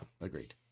agreed